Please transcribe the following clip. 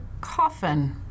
coffin